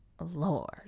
Lord